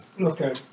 Okay